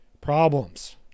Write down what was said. problems